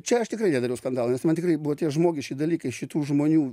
čia aš tikrai nedariau skandalo nes man tikrai buvo tie žmogiški dalykai šitų žmonių